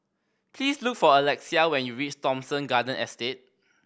please look for Alexia when you reach Thomson Garden Estate